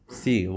see